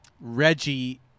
Reggie